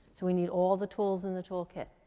so we need all the tools in the toolkit,